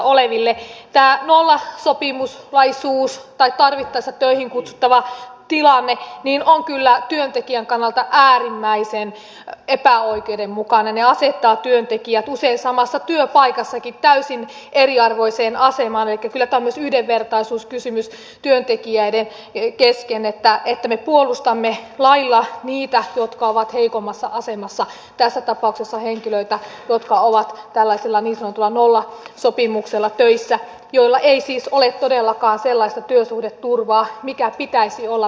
tämä nollasopimuslaisuus tai tarvittaessa töihin kutsuttavan tilanne on kyllä työntekijän kannalta äärimmäisen epäoikeudenmukainen ja asettaa työntekijät usein samassa työpaikassakin täysin eriarvoiseen asemaan elikkä kyllä tämä on myös yhdenvertaisuuskysymys työntekijöiden kesken että me puolustamme lailla niitä jotka ovat heikommassa asemassa tässä tapauksessa henkilöitä jotka ovat tällaisella niin sanotulla nollasopimuksella töissä joilla ei siis ole todellakaan sellaista työsuhdeturvaa mikä pitäisi olla vähimmäisturva